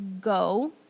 Go